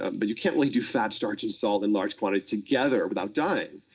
um but you canit really do fat, starch and salt in large quantities together without dying.